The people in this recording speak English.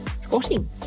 squatting